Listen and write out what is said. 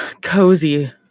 cozy